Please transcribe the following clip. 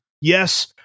Yes